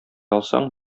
алсаң